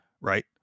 Right